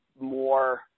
more